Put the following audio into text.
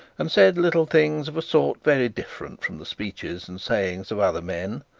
and said little things of sort very different from the speeches and sayings of other men.